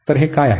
तर हे काय आहे